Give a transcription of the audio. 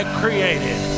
created